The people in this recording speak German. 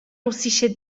russische